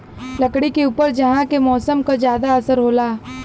लकड़ी के ऊपर उहाँ के मौसम क जादा असर होला